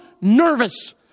nervous